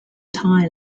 thai